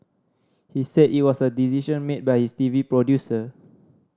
he said it was a decision made by his T V producer